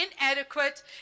inadequate